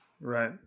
Right